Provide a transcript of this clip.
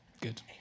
Good